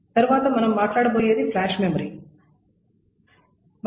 తరువాత మనం మాట్లాడబోయేది ఫ్లాష్ మెమరీ గురించి